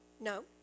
No